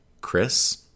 Chris